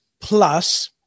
plus